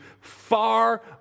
far